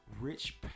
rich